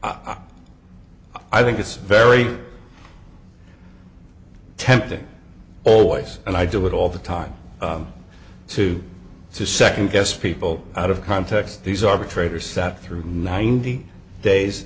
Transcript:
i think it's very tempting always and i do it all the time to second guess people out of context these arbitrators sat through ninety days